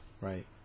right